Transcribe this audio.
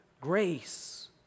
grace